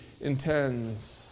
intends